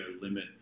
limit